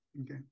Okay